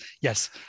Yes